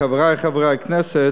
חברי חברי הכנסת,